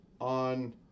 on